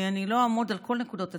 אני לא אעמוד על כל נקודות הציון.